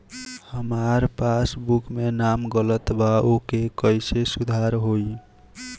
हमार पासबुक मे नाम गलत बा ओके कैसे सुधार होई?